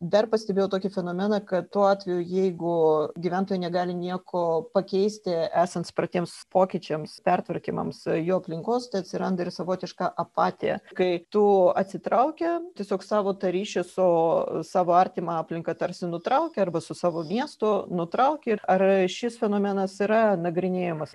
dar pastebėjau tokį fenomeną kad tuo atveju jeigu gyventojai negali nieko pakeisti esant spartiems pokyčiams pertvarkymams jo aplinkos atsiranda ir savotiška apatija kai tu atsitrauki tiesiog savo tą ryšį su savo artima aplinka tarsi nutrauki arba su savo miestu nutrauki ar šis fenomenas yra nagrinėjamas